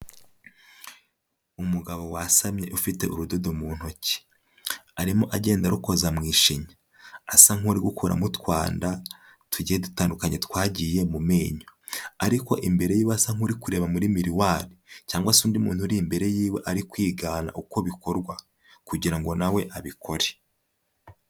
Umugabo wasamye ufite urudodo mu ntoki, arimo agenda arukoza mu ishinya, asa nk'uri gukuramo utwanda, tugiye dutandukanye twagiye mu menyo, ariko imbere yiwe asa nk'uri kureba muri miriwari cyangwa se undi muntu uri imbere yiwe ari kwigana uko bikorwa kugira ngo nawe abikore.